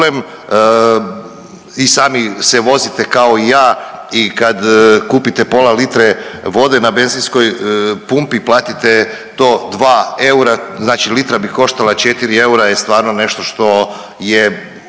problem. I sami se vozite kao i ja i kad kupite pola litre vode na benzinskoj pumpi, platite to 2 eura, znači litra bi koštala 4 eura je stvarno nešto što je